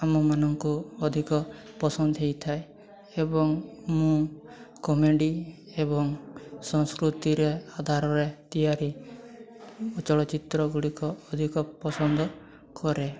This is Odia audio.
ଆମମାନଙ୍କୁ ଅଧିକ ପସନ୍ଦ ହୋଇଥାଏ ଏବଂ ମୁଁ କମେଡ଼ି ଏବଂ ସଂସ୍କୃତିରେ ଆଧାରରେ ତିଆରି ଚଳଚ୍ଚିତ୍ରଗୁଡ଼ିକ ଅଧିକ ପସନ୍ଦ କରେ